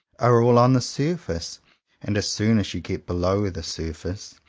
are all on the surface and as soon as you get below the surface,